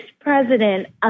president